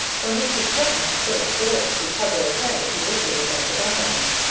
from which he threatened to put a bullet through peveril's head if he lifted it above the gunwale.